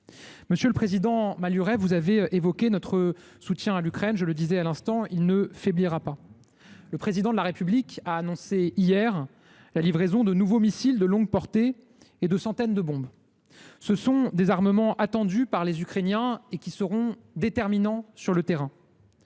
Monsieur le président Malhuret, vous avez évoqué notre soutien à l’Ukraine, lequel, je le disais à l’instant, ne faiblira pas. Le Président de la République a annoncé hier la livraison de nouveaux missiles de longue portée et de centaines de bombes. Ce sont des armements attendus par les Ukrainiens et qui seront déterminants sur le terrain.